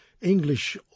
English